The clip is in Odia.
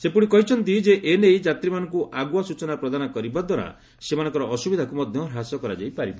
ସେ ପୁଣି କହିଛନ୍ତି ଯେ ଏ ନେଇ ଯାତ୍ରୀମାନଙ୍କୁ ଆଗୁଆ ସୂଚନା ପ୍ରଦାନ କରିବା ଦ୍ୱାରା ସେମାନଙ୍କର ଅସୁବିଧାକୁ ମଧ୍ୟ ହ୍ରାସ କରାଯାଇ ପାରିବ